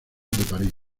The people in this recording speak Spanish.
parís